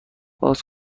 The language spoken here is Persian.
باز